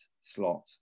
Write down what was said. slot